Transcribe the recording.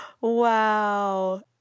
Wow